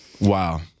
wow